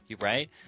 right